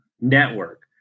Network